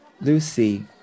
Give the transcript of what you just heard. Lucy